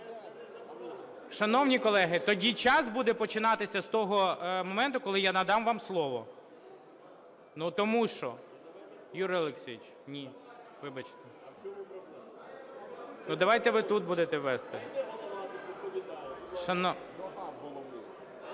Шановні колеги, тоді час буде починатися з того моменту, коли я надам вам слово. Ну, тому що. Юрій Олексійович, ні, вибачте. Ну, давайте ви тут будете вести.